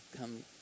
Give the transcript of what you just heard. come